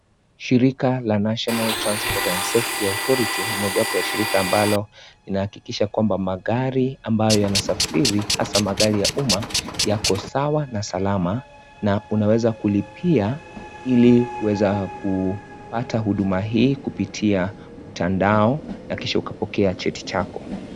Shirika la National Transport and Safely Authority ni moja wapo ya shirika ambalo llinaakikisha kwamba magari ambayo yanasafiri hasa magari ya uma Yako sawa na salama.na unaweza kulipia Ili kuweza kupata huduma hii kupitia mtandao na Kisha uka pokea cheti chako.